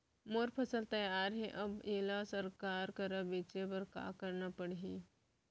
मोर फसल तैयार हे अब येला सरकार करा बेचे बर का करना पड़ही?